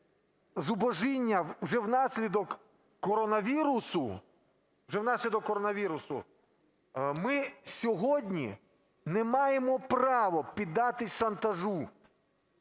зубожіння вже внаслідок коронавірусу. Ми сьогодні не маємо права піддатись шантажу.